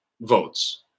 votes